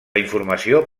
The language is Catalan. informació